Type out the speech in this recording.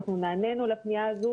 אנחנו נענינו לפנייה הזאת,